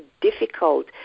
difficult